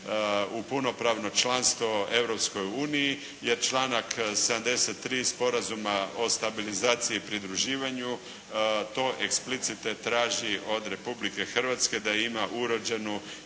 u punopravno članstvo Europskoj uniji, jer članak 73. Sporazuma o stabilizaciji i pridruživanju to eksplicite traži od Republike Hrvatske da ima uređenu